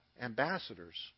ambassadors